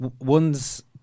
One's